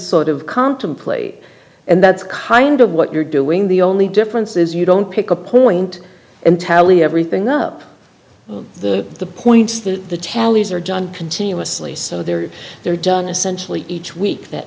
sort of contemplate and that's kind of what you're doing the only difference is you don't pick a point entirely everything up the the points that the tallies are john continuously so they're they're done essentially each week that